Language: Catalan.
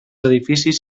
edificis